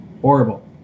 horrible